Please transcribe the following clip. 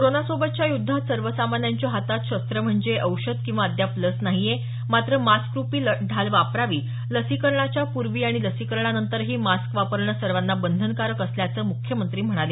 कोरोनासोबतच्या युद्धात सर्वसामान्यांच्या हातात शस्त्र म्हणजे औषध किंवा अद्याप लस नाहीये मात्र मास्करुपी ढाल वापरावी लसीकरणाच्या पूर्वी आणि लसीकरणानंतही मास्क वापरणं सर्वांना बंधनकारक असल्याचं मुख्यमंत्री म्हणाले